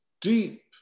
deep